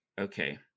Okay